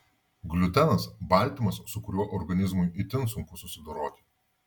gliutenas baltymas su kuriuo organizmui itin sunku susidoroti